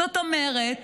זאת אומרת